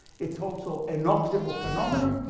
it's also an optical phenomenon,